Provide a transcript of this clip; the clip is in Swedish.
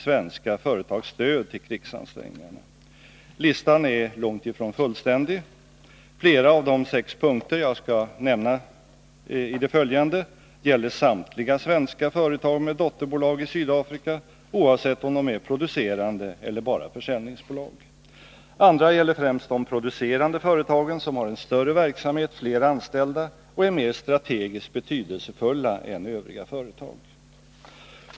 svenska företags stöd till krigsansträngningarna. Listan är långt ifrån fullständig. Flera av de sex punkter som jag skall nämna i det följande gäller samtliga svenska företag med dotterbolag i Sydafrika, oavsett om de är producerande eller bara försäljningsbolag. Andra gäller främst de producerande företagen, som har en större verksamhet, fler anställda och är mer strategiskt betydelsefulla än övriga företag.